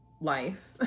life